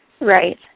Right